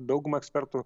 dauguma ekspertų